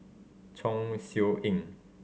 Chong Siew Ying